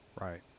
right